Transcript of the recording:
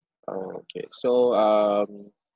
okay so um